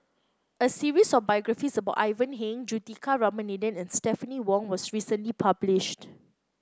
a series of biographies about Ivan Heng Juthika Ramanathan and Stephanie Wong was recently published